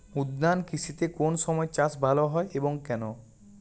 উদ্যান কৃষিতে কোন সময় চাষ ভালো হয় এবং কেনো?